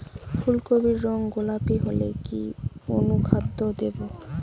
ফুল কপির রং গোলাপী হলে কি অনুখাদ্য দেবো?